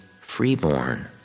freeborn